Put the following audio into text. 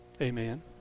Amen